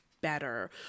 better